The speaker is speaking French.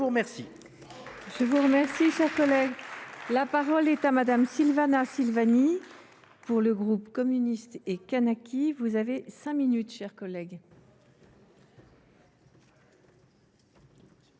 je vous remercie,